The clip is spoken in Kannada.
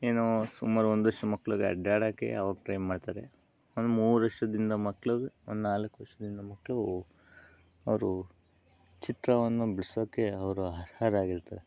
ಏನೋ ಸುಮಾರು ಒಂದಷ್ಟು ಮಕ್ಕಳಿಗೆ ಅಡ್ಡಾಡೋಕ್ಕೆ ಅವಾಗ ಟ್ರೈ ಮಾಡ್ತಾರೆ ಒಂದು ಮೂರು ವರ್ಷದಿಂದ ಮಕ್ಕಳು ಒಂದು ನಾಲ್ಕು ವರ್ಷದಿಂದ ಮಕ್ಕಳು ಅವರು ಚಿತ್ರವನ್ನು ಬಿಡಿಸೋಕೆ ಅವರು ಅರ್ಹರಾಗಿರ್ತಾರೆ